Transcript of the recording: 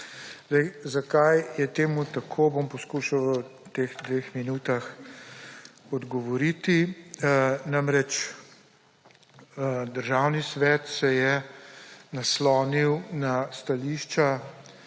Zakaj je temu tako, bom poskušal v teh dveh minutah odgovoriti. Državni svet se je naslonil na stališča,